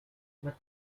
what